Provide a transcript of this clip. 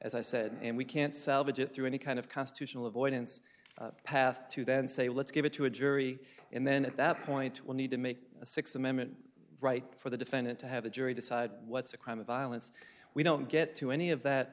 as i said and we can't salvage it through any kind of constitutional avoidance path to then say let's give it to a jury and then at that point we'll need to make a sixth amendment right for the defendant to have a jury decide what's a crime of violence we don't get to any of that